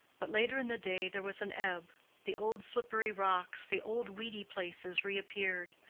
but later in the day there was an ebb the old slippery rocks, the old weedy places reappeared.